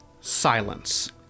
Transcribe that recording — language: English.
silence